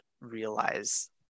realize